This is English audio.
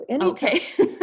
Okay